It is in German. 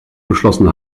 beschlossen